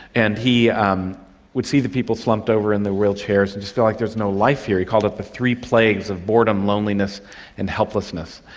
and he um would see the people slumped over in their wheelchairs and just feel like there is no life here. he called it the three plagues of boredom, loneliness and helplessness.